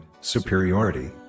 superiority